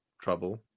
trouble